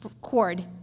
cord